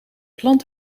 plant